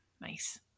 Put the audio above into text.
Nice